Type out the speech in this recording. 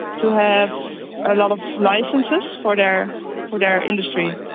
to have a lot of licences for their for their industry.